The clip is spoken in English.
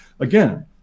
Again